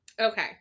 okay